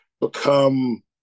become